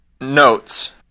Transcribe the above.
notes